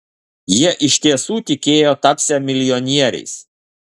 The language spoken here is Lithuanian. jie iš tiesų tikėjo tapsią milijonieriais